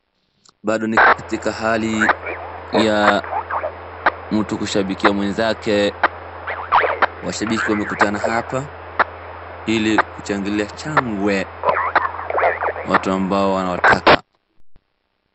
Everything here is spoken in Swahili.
Bado ni katika hali ya mtu kushabikia mwenzake. Washabiki wamekuatana hapa ili kushangilia shangwe watu ambao wanawataka.